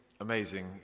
amazing